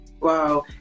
Wow